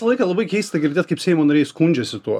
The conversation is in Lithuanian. visą laiką labai keista girdėt kaip seimo nariai skundžiasi tuo